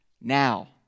Now